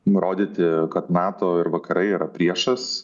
nurodyti kad nato ir vakarai yra priešas